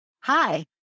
Hi